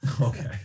okay